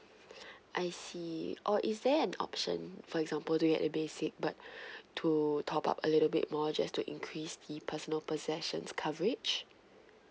I see or is there an option for example do it at basic but to top up a little bit more just to increase the personal possessions coverage